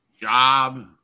job